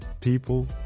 people